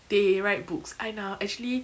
they write books I actually